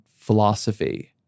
philosophy